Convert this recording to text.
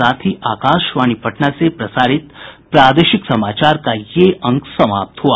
इसके साथ ही आकाशवाणी पटना से प्रसारित प्रादेशिक समाचार का ये अंक समाप्त हुआ